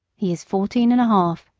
he is fourteen and a half,